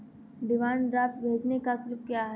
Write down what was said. Demand draft भेजने का शुल्क क्या है?